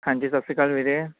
ਹਾਂਜੀ ਸਤਿ ਸ਼੍ਰੀ ਅਕਾਲ ਵੀਰੇ